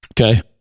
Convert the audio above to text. okay